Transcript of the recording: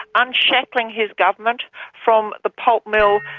unshackling his government from the pulp mill,